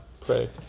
pray